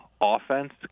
offense